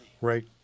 right